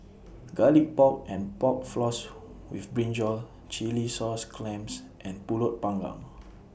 Garlic Pork and Pork Floss with Brinjal Chilli Sauce Clams and Pulut Panggang